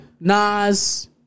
Nas